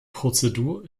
prozedur